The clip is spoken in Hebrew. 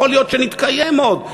יכול להיות שנתקיים עוד,